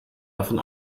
davon